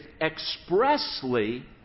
expressly